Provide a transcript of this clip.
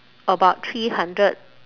about three hundred